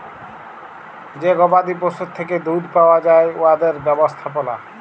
যে গবাদি পশুর থ্যাকে দুহুদ পাউয়া যায় উয়াদের ব্যবস্থাপলা